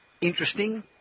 interesting